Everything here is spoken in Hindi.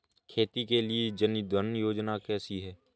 खेती के लिए जन धन योजना कैसी है?